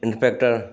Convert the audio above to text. inspector